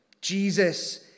Jesus